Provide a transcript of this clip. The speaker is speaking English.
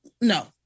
no